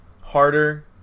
harder